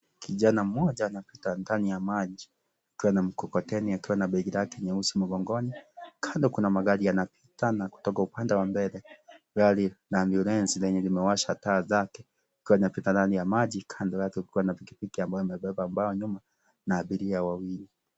Kijana mmoja anapita ndani ya maji akiwa na mkokoteni akiwa na begi lake nyeusi mgongoni, kando kuna magari yanapita na kutoka upande wa mbele gari la ambulensi lenye limewasha taa zake ikiwa inapita ndani ya maji kando yake kukiwa na pikipiki ambayo imebeba bao nyuma na abiria wawili.